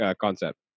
concept